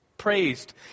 praised